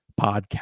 podcast